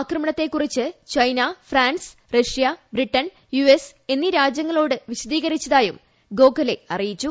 ആക്രമണത്തെ കുറിച്ച് China France Russia Britain U S എന്നി രാജ്യങ്ങളോട് വിശദീകരിച്ചതായും ഗോഖലെ അറിയിച്ചു